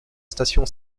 station